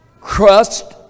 crust